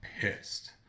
pissed